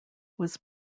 was